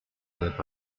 followed